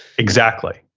exactly.